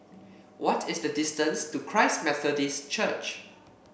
what is the distance to Christ Methodist Church